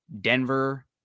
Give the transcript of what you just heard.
Denver